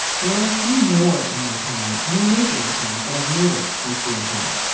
there are a few more in my town and in neighboring towns that i've noticed since being home.